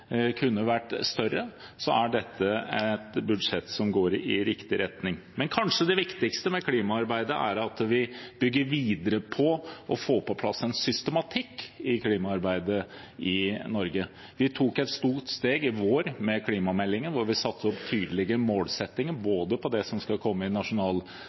kunne vært større, er dette et budsjett som går i riktig retning. Men kanskje det viktigste med klimaarbeidet er at vi bygger videre på å få på plass en systematikk i klimaarbeidet i Norge. Vi tok et stort steg i vår, med klimameldingen, hvor vi satte opp tydelige målsettinger for det som skal komme i Nasjonal